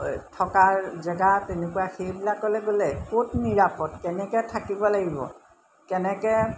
থকাৰ জেগা তেনেকুৱা সেইবিলাকলৈ গ'লে ক'ত নিৰাপদ কেনেকৈ থাকিব লাগিব কেনেকৈ